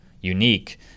unique